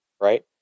right